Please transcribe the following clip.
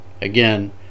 again